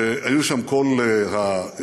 והיו שם כל האחרים.